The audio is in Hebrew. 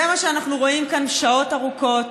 זה מה שאנחנו רואים כאן שעות ארוכות.